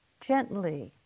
gently